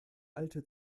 alte